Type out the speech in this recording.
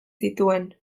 zituen